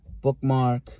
bookmark